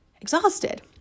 exhausted